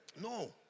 No